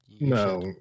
No